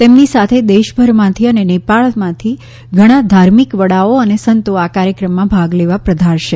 તેમની સાથે દેશભરમાંથી અને નેપાળથી ઘણા ધાર્મિક વડાઓ અને સંતો આ કાર્યક્રમમાં ભાગ લેવા પધારશે